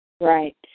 Right